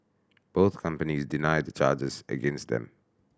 both companies deny the charges against them